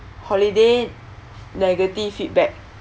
holiday negative feedback